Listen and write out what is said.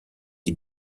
die